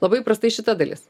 labai prastai šita dalis